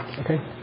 okay